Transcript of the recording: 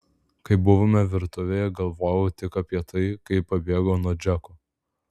kai buvome virtuvėje galvojau tik apie tai kaip pabėgau nuo džeko